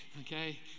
Okay